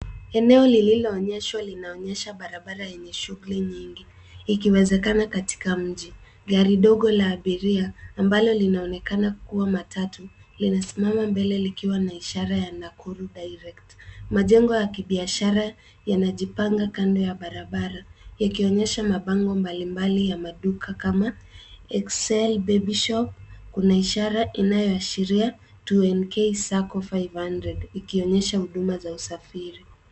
Eneo lililo onyeshwa linaonyesha barabara yenye shughuli nyingi , ikiwezekana mji. Gari ndogo la abiria ambalo linaonekana kuwa matatu limesimama mbele likiwa na ishara ya Nakuru direct . Majengo ya kibiashara yanajipanga kando ya barabara yakionyesha mabango mbalimbali ya maduka kama Excel Baby shop. Kuna ishara inayoashiria 2NK sacco 500 , ikionyesha huduma za usafiri.